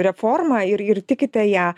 reforma ir ir tikite ją